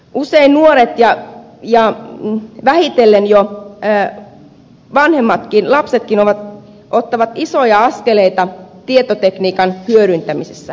usein nuoret ja vähitellen jo vanhemmat lapsetkin ottavat isoja askeleita tietotekniikan hyödyntämisessä